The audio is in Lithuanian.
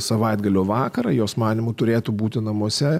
savaitgalio vakarą jos manymu turėtų būti namuose